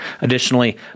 Additionally